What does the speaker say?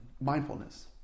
mindfulness